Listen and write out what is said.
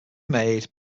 made